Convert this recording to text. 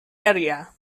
area